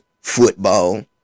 football